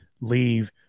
leave